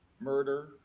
murder